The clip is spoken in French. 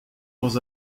dans